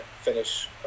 finish